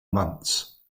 months